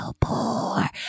poor